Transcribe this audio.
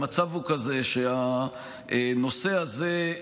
המצב הוא כזה שהנושא הזה,